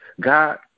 God